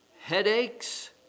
headaches